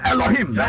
Elohim